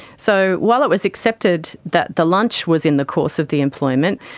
so while it was accepted that the lunch was in the course of the employment,